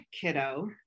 kiddo